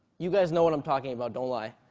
you guys know what i'm talking about, don't lie.